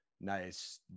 nice